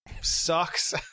sucks